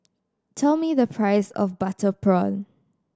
tell me the price of butter prawn